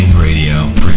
radio